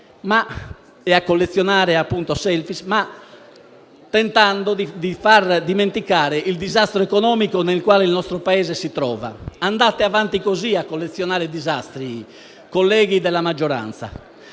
e a collezionare *selfie*, tentando di far dimenticare il disastro economico nel quale il nostro Paese si trova. Andate avanti così a collezionare disastri, colleghi della maggioranza.